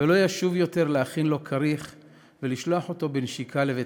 ולא ישוב עוד להכין לו כריך ולשלוח אותו בנשיקה לבית-הספר.